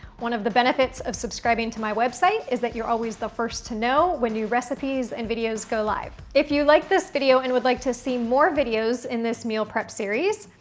one of the benefits of subscribing to my website is that you're always the first to know when new recipes and videos go live. if you liked this video and would like to see more videos in this meal prep series,